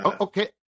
okay